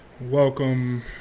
welcome